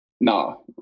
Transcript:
no